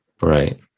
Right